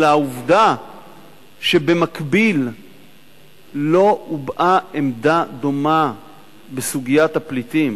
אלא העובדה שבמקביל לא הובעה עמדה דומה בסוגיית הפליטים,